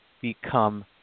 become